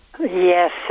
Yes